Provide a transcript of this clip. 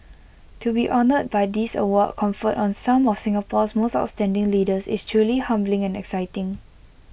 to be honoured by this award conferred on some of Singapore's most outstanding leaders is truly humbling and exciting